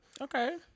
Okay